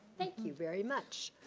thank you very much,